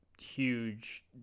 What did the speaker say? huge